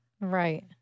Right